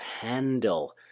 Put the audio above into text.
handle